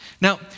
Now